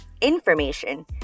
information